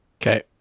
Okay